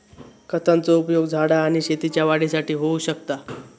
खतांचो उपयोग झाडा आणि शेतीच्या वाढीसाठी होऊ शकता